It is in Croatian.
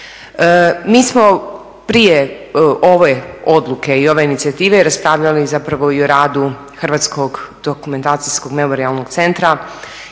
Mi smo prije ove odluke i ove inicijative raspravljali zapravo i o radu Hrvatskog dokumentacijskog memorijalnog centra